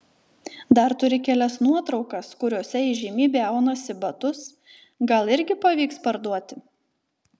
dar turi kelias nuotraukas kuriose įžymybė aunasi batus gal irgi pavyks parduoti